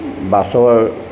বাছৰ